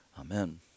Amen